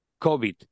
COVID